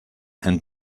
and